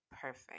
perfect